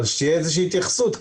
אבל שתהיה איזו התייחסות.